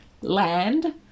land